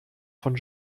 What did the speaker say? von